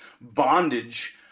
bondage